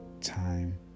time